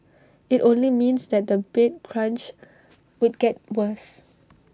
IT only means that the bed crunch would get worse